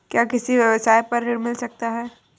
क्या किसी व्यवसाय पर ऋण मिल सकता है?